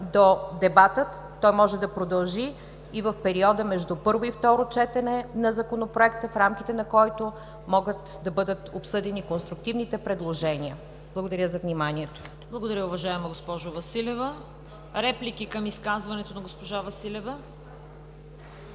до дебата, то той може да продължи и в периода между първо и второ четене на Законопроекта, в рамките на който могат да бъдат обсъдени конструктивните предложения. Благодаря за вниманието. ПРЕДСЕДАТЕЛ ЦВЕТА КАРАЯНЧЕВА: Благодаря, уважаема госпожо Василева. Реплики към изказването на госпожа Василева?